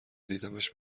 دیدمش